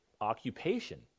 occupation